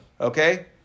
Okay